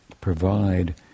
provide